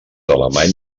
alemany